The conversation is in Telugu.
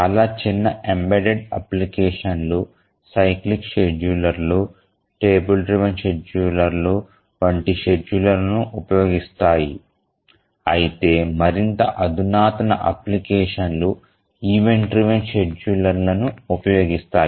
చాలా చిన్న ఎంబెడెడ్ అప్లికేషన్లు సైక్లిక్ షెడ్యూలర్లు టేబుల్ డ్రివెన్ షెడ్యూలర్లు వంటి షెడ్యూలర్లను ఉపయోగిస్తాయి అయితే మరింత అధునాతన అప్లికేషన్లు ఈవెంట్ డ్రివెన్ షెడ్యూలర్లను ఉపయోగిస్తాయి